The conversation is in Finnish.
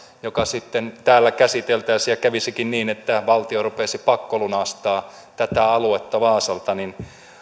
joka sitten täällä käsiteltäisiin ja kävisikin niin että valtio rupeaisi pakkolunastamaan tätä aluetta vaasalta niin